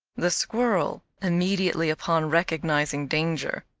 the squirrel, immediately upon recognizing danger,